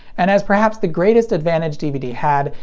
and as perhaps the greatest advantage dvd had,